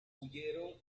huyeron